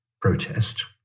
protest